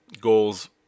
Goals